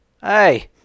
Hey